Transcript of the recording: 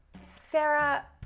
Sarah